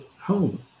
home